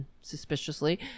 suspiciously